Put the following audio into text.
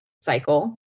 cycle